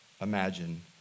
imagine